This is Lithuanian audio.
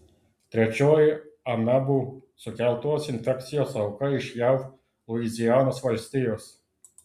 trečioji amebų sukeltos infekcijos auka iš jav luizianos valstijos